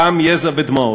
דם יזע ודמעות,